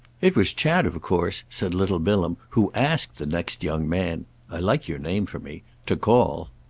it was chad of course, said little bilham, who asked the next young man i like your name for me to call.